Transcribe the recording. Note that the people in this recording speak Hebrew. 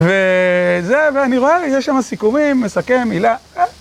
וזה, ואני רואה, יש שם סיכומים, מסכם, מילה.